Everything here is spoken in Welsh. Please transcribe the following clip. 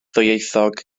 ddwyieithog